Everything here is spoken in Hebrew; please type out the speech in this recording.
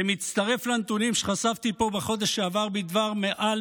זה מצטרף לנתונים שחשפתי פה בחודש שעבר בדבר מעל